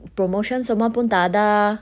promotion semua pun tak ada